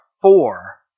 four